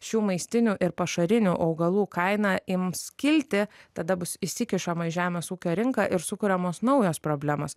šių maistinių ir pašarinių augalų kaina ims kilti tada bus įsikišama į žemės ūkio rinką ir sukuriamos naujos problemos